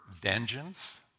vengeance